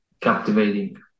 captivating